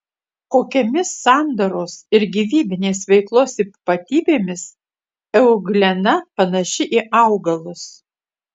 kokiomis sandaros ir gyvybinės veiklos ypatybėmis euglena panaši į augalus